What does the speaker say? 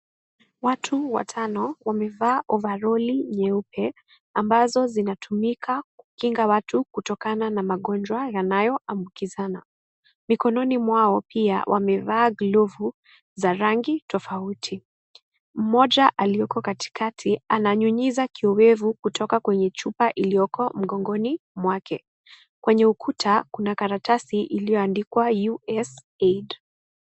Watu watano, wamevaa ovaroli nyeupe, ambazo zinatumika kukinga watu kutokana na magonjwa yanayoambukizana. Mikononi mwao, pia, wamevaa glovu za rangi tofauti. Mmoja alioko katikati ,ananyunyiza kiyowevu kutoka kwenye chupa iliyoko mgongoni mwake. Kwenye ukuta, kuna karatasi iliyoandikwa USAID.